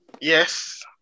Yes